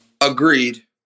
Agreed